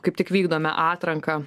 kaip tik vykdome atranką